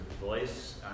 voice